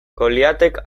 goliatek